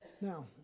Now